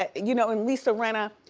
ah you know and lisa rinna,